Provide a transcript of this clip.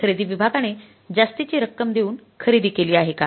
खरेदी विभागाने जास्तीची रक्कम देऊन खरेदी केली आहे का